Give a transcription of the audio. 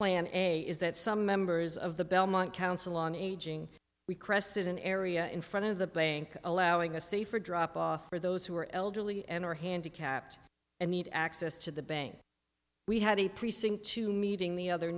plan a is that some members of the belmont council on aging we crested an area in front of the playing allowing a safer drop off for those who are elderly and are handicapped and need access to the bank we had a precinct to meeting the other